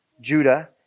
Judah